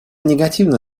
негативно